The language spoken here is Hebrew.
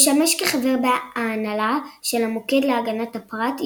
משמש כחבר ההנהלה של המוקד להגנת הפרט,